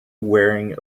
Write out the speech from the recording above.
wearing